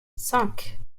cinq